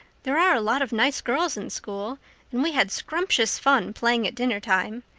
there are a lot of nice girls in school and we had scrumptious fun playing at dinnertime.